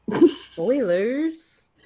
Spoilers